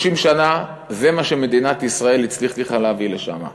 30 שנה, זה מה שמדינת ישראל הצליחה להביא לשם.